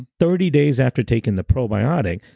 thirty days after taking the probiotic,